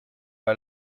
pas